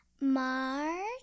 March